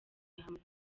hamwe